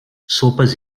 sopes